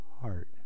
heart